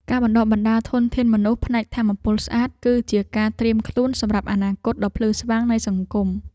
ការបណ្តុះបណ្តាលធនធានមនុស្សផ្នែកថាមពលស្អាត គឺជាការត្រៀមខ្លួនសម្រាប់អនាគតដ៏ភ្លឺស្វាងនៃសង្គម។